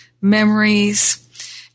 memories